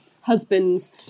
husbands